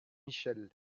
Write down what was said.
michel